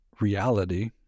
reality